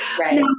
Right